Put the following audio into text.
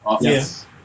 Yes